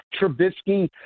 Trubisky